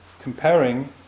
Comparing